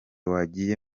wagiye